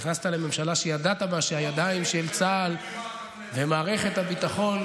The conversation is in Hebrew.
נכנסת לממשלה שידעת בה שהידיים של צה"ל ומערכת הביטחון,